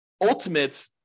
ultimate